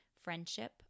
friendship